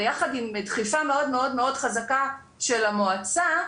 ביחד עם דחיפה מאוד מאוד חזקה של המועצה,